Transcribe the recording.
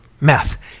meth